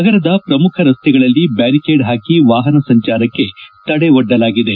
ನಗರದ ಪ್ರಮುಖ ರಸ್ತೆಗಳಲ್ಲಿ ಬ್ಲಾರಿಕೇಡ್ ಹಾಕಿ ವಾಹನ ಸಂಚಾರಕ್ಷೆ ತಡೆ ಒಡ್ಡಲಾಗಿದೆ